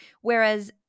Whereas